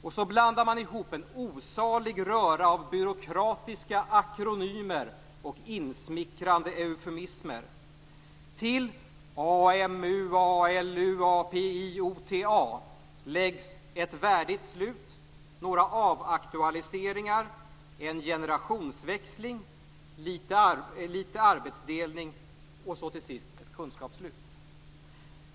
Och så blandar man till en osalig röra av byråkratiska akronymer och insmickrande eufemismer till AMU, ALU, API, OTA läggs ett "värdigt slut", några "avaktualiseringar", en "generationsväxling", litet "arbetsdelning" och så ett Fru talman!